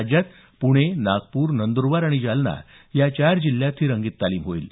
राज्यात पुणे नागपूर नंदुरबार आणि जालना या चार जिल्ह्यात ही रंगीत तालीम होईल